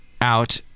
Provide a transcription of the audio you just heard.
out